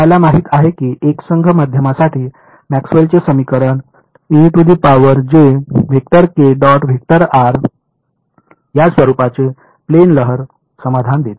आम्हाला माहित आहे की एकसंध माध्यमांसाठी मॅक्सवेलचे समीकरण या स्वरूपाचे प्लेन लहर समाधान देते